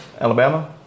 Alabama